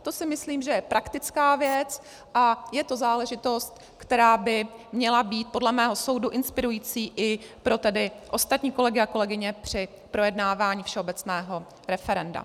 To si myslím, že je praktická věc a je to záležitost, která by měla být podle mého soudu inspirující i pro ostatní kolegy a kolegyně při projednávání všeobecného referenda.